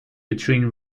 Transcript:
between